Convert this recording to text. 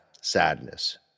sadness